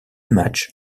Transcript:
matchs